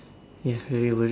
ya very worried